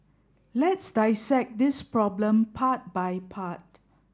let's dissect this problem part by part